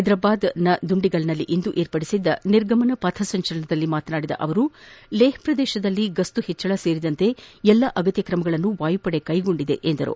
ಹೈದರಾಬಾದ್ ದುಂಡಿಗಲ್ನಲ್ಲಿಂದು ವಿರ್ಪಡಿಸಿದ್ದ ನಿರ್ಗಮನ ಪಥಸಂಚಲನದಲ್ಲಿ ಮಾತನಾಡಿದ ಅವರು ಲೇಹ್ ಪ್ರದೇಶದಲ್ಲಿ ಗಸ್ನು ಹೆಚ್ಚಳ ಸೇರಿದಂತೆ ಎಲ್ಲಾ ಅಗತ್ತ ಕ್ರಮಗಳನ್ನು ವಾಯುಪಡೆ ಕೈಗೊಂಡಿದೆ ಎಂದರು